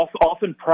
often